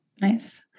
nice